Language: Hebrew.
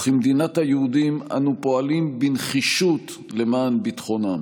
וכמדינת היהודים אנו פועלים בנחישות למען ביטחונם.